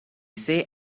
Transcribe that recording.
say